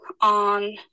on